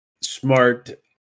smart